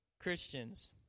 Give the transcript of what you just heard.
Christians